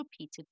repeated